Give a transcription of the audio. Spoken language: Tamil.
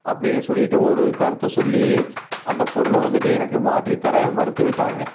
அப்படின்னு சொல்லிவிட்டு ஒரு கருத்தை சொல்லி அந்த பொருளை வந்துவிட்டு எனக்கு மாற்றி தர மறுத்து விட்டாங்க